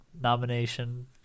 nomination